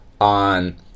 on